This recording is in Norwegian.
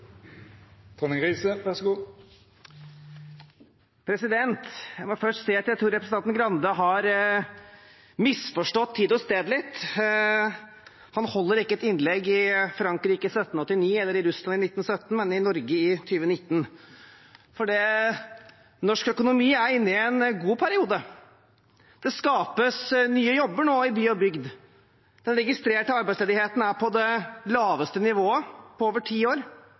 Jeg må først si at jeg tror representanten Grande har misforstått tid og sted litt. Han holder ikke et innlegg i Frankrike i 1789 eller i Russland i 1917, men i Norge i 2019. Norsk økonomi er inne i en god periode. Det skapes nye jobber nå, i by og bygd. Den registrerte arbeidsledigheten er på det laveste nivået på over ti år,